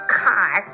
car